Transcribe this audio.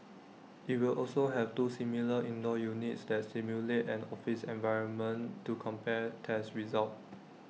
IT will also have two similar indoor units that simulate an office environment to compare tests results